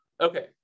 Okay